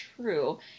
true